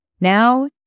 Now